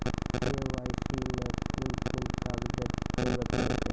KYC मे कून कून कागजक जरूरत परतै?